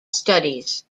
studies